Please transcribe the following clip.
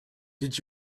did